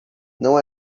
não